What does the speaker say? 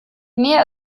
mehr